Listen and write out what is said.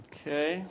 Okay